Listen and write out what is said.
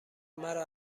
مرا